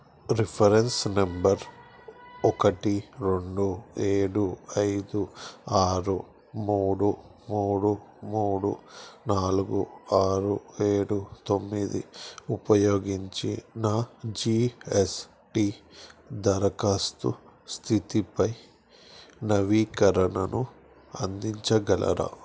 reference number ఒకటి రెండు ఏడు ఐదు ఆరు మూడు మూడు మూడు నాలుగు ఆరు ఏడు తొమ్మిది ఉపయోగించి నా జీ ఎస్ టీ దరఖాస్తు స్థితిపై నవీకరణను అందించగలరా